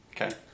Okay